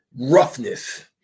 roughness